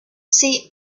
see